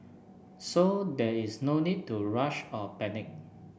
so there is no need to rush or panic